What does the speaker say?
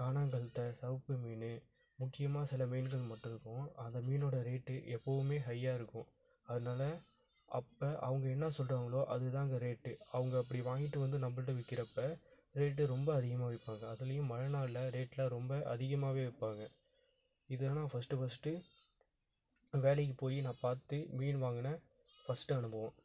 கானாங்கத்தை சிவப்பு மீன் முக்கியமாக சில மீன்கள் மட்டும் இருக்கும் அந்த மீனோடய ரேட்டு எப்பவுமே ஹையாக இருக்கும் அதனால அப்போ அவங்க என்ன சொல்கிறாங்களோ அதுதான் அங்கே ரேட்டு அவங்க அப்படி வாங்கிட்டு வந்து நம்மள்ட்ட விற்கிறப்ப ரேட்டு ரொம்ப அதிகமாக விற்பாங்க அதுலேயும் மழை நாளில் ரேட்டெல்லாம் ரொம்ப அதிகமாகவே விற்பாங்க இதுதான் நான் ஃபஸ்ட்டு ஃபஸ்ட்டு வேலைக்கு போய் நான் பார்த்து மீன் வாங்கின ஃபஸ்ட்டு அனுபவம்